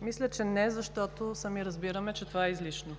Мисля, че не, защото сами разбираме, че това е излишно.